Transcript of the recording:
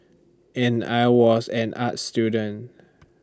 and I was an arts student